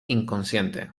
inconsciente